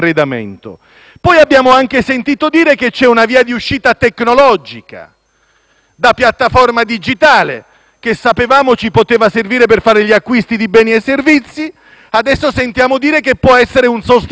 da piattaforma digitale, che sapevamo ci poteva servire per fare gli acquisti di beni e servizi; adesso sentiamo dire che può essere un sostituto della democrazia e del circuito della partecipazione.